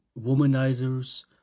womanizers